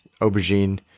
aubergine